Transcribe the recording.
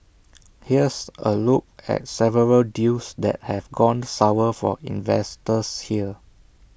here's A look at several deals that have gone sour for investors here